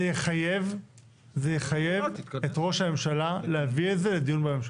זה יחייב את ראש הממשלה להביא את זה לדיון בממשלה.